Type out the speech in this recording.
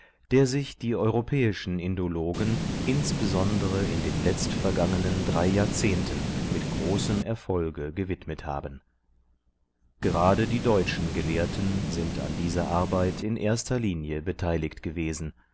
der sich die europäischen indologen insbesondere in den letztvergangenen drei jahrzehnten mit großem erfolge gewidmet haben gerade die deutschen gelehrten sind an dieser arbeit in erster linie beteiligt gewesen